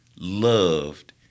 loved